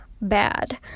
bad